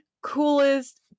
coolest